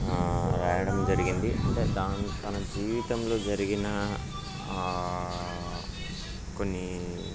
రాయడం జరిగింది అంటే దాన్ తన జీవితంలో జరిగిన కొన్ని